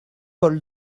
paul